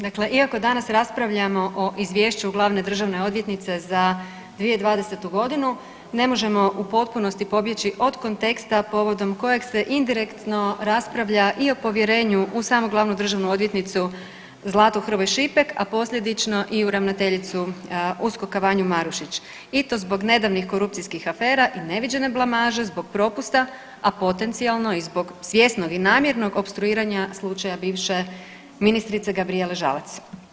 Dakle, iako danas raspravljamo o Izvješću glavne državne odvjetnice za 2020. godinu ne možemo u potpunosti pobjeći od konteksta povodom kojeg se indirektno raspravlja i o povjerenju u samu glavnu državnu odvjetnicu Zlatu Hrvoj Šipek, a posljedično i u ravnateljicu USKOK-a Vanju Marušić i to zbog nedavnih korupcijskih afera i neviđene blamaže zbog propusta, a potencijalno i zbog svjesnog i namjernog opstruiranja slučaja bivše ministrice Gabrijele Žalac.